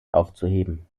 aufzuheben